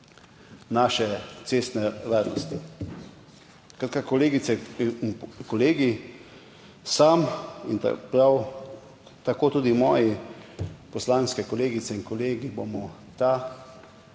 naše cestne varnosti. Kolegice in kolegi, sam in prav tako tudi moji poslanski kolegice in kolegi bomo ta